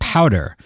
Powder